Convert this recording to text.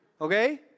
Okay